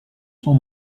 son